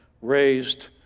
raised